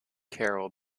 carroll